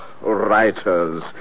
writers